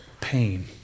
pain